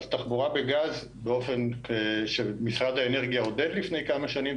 אז תחבורה בגז באופן שמשרד האנרגיה עודד לפני כמה שנים,